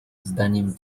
zdaniem